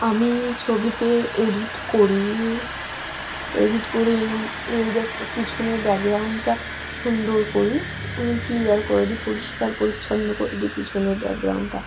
আমি ছবিতে এডিট করি এডিট করে জাস্ট পিছনের ব্যাকগ্রাউন্ডটা সুন্দর করি ক্লিয়ার করে দিই পরিষ্কার পরিচ্ছন্ন করে দিই পিছনের ব্যাকগ্রাউন্ডটা